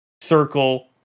circle